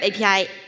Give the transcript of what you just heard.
API